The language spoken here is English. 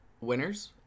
winners